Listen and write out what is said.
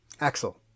Axel